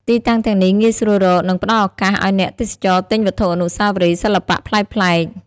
ទីតាំងទាំងនេះងាយស្រួលរក និងផ្តល់ឱកាសឲ្យអ្នកទេសចរទិញវត្ថុអនុស្សាវរីយ៍សិល្បៈប្លែកៗ។